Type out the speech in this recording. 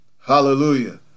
Hallelujah